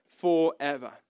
forever